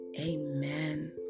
Amen